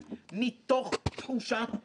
כן, לילות כימים,